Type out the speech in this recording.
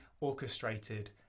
orchestrated